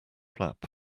flap